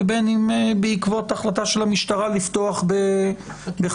ובין אם בעקבות החלטה של המשטרה לפתוח בחקירה.